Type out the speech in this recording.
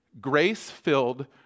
grace-filled